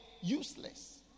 useless